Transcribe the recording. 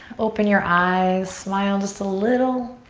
open your eyes. smile just a little.